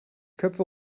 köpfe